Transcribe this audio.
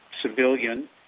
civilian